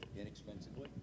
inexpensively